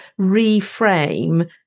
reframe